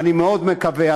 ואני מאוד מקווה,